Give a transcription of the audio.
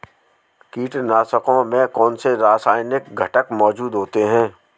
कीटनाशकों में कौनसे रासायनिक घटक मौजूद होते हैं?